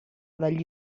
dagli